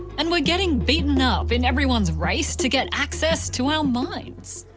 and we are getting beaten up in everyone's race to get access to our minds.